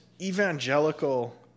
evangelical